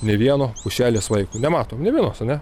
nė vieno pušelės vaiko nematom nė vienos ane